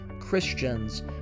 Christians